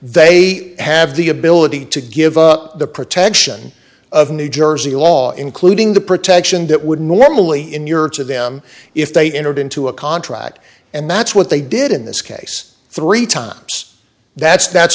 they have the ability to give up the protection of new jersey law including the protection that would normally inure to them if they entered into a contract and that's what they did in this case three times that's that's